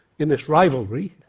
in this rivalry,